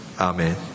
Amen